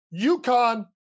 UConn